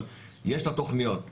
אבל יש את התכניות.